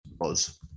buzz